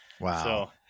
wow